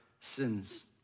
sins